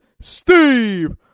Steve